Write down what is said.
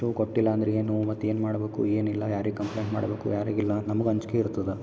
shoe ಕೊಟ್ಟಿಲ್ಲ ಅಂದರೆ ಏನು ಮತ್ತು ಏನ್ಮಾಡಬೇಕು ಏನಿಲ್ಲ ಯಾರಿಗೆ ಕಂಪ್ಲೇಂಟ್ ಮಾಡಬೇಕು ಯಾರಿಗಿಲ್ಲ ನಮ್ಗೆ ಅಂಜಿಕೆ ಇರ್ತದ